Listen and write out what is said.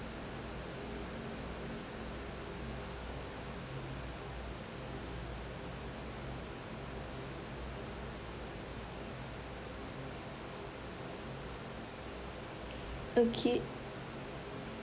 okay